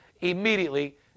immediately